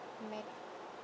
med~